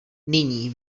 nyní